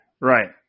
right